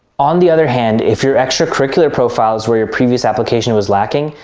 on the other hand, if your extra-curricular profile is where your previous application was lacking,